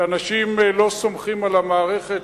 שאנשים לא סומכים על המערכת,